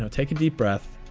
take a deep breath.